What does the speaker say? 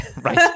Right